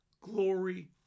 glory